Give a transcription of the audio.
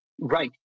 right